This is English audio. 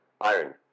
Iron